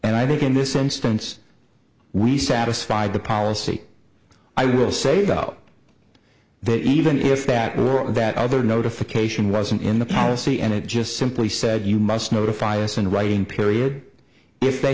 and i think in this instance we satisfied the policy i will say about that even if that were all that other notification wasn't in the policy and it just simply said you must notify us in writing period if they